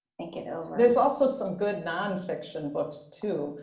think it over. there's also some good nonfiction books too,